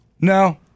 No